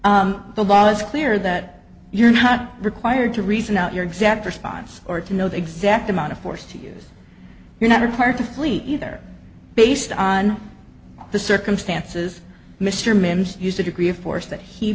the law is clear that you're not required to reason out your exact response or to know the exact amount of force to yours you're not required to flee either based on the circumstances mr mims used the degree of force that he